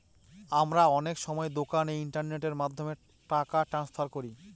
আমরা অনেক সময় দোকানে ইন্টারনেটের মাধ্যমে টাকা ট্রান্সফার করি